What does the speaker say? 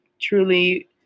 truly